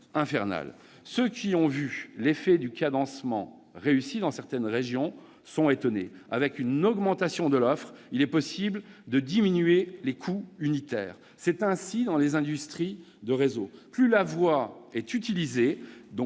Ceux qui ont vu l'effet du cadencement réussi, dans certaines régions, sont étonnés : avec une augmentation de l'offre, il est possible de diminuer les coûts unitaires. C'est ainsi dans les industries de réseau, plus la voie est utilisée,